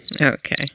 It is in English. Okay